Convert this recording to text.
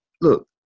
look